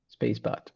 SpaceBot